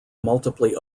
multiply